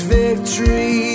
victory